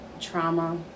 trauma